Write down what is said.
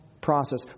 process